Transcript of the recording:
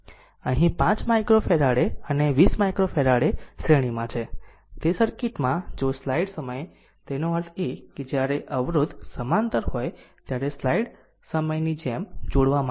અહીં 5 માઈક્રોફેરાડે અને 20 માઈક્રોફેરાડે શ્રેણીમાં છે તે સર્કિટ માં જો સ્લાઈડ સમય તેનો અર્થ એ કે જ્યારે અવરોધ સમાંતર હોય ત્યારે તે સ્લાઈડ સમયની જેમ જોડવા માટે છે